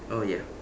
oh ya